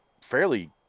fairly